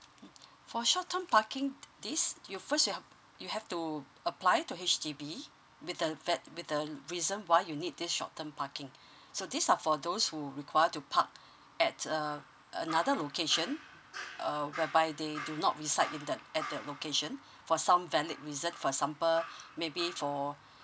for short term parking this you first you have you have to apply to H_D_B with the that with the the reason why you need this short term parking so these are for those who require to park at um another location uh whereby they do not reside in the at the location for some valid reason for sample maybe for